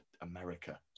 America